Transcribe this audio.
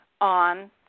on